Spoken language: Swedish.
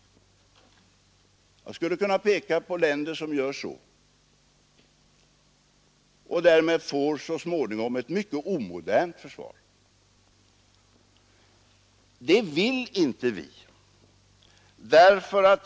Jag skulle kunna visa på länder som gör så och som därmed så småningom får ett mycket omodernt försvar. Det vill inte vi.